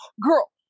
girl